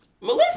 Melissa